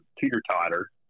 teeter-totter